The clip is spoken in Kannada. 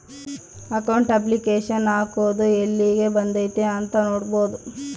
ಅಕೌಂಟ್ ಅಪ್ಲಿಕೇಶನ್ ಹಾಕಿರೊದು ಯೆಲ್ಲಿಗ್ ಬಂದೈತೀ ಅಂತ ನೋಡ್ಬೊದು